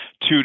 two